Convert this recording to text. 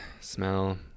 smell